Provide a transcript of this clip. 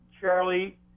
Charlie